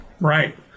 Right